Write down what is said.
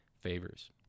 favors